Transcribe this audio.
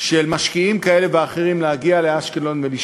מה מונח